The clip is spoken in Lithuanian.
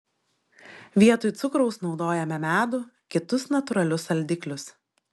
vietoj cukraus naudojame medų kitus natūralius saldiklius